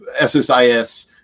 SSIS